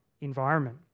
environment